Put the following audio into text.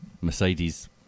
Mercedes